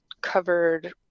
covered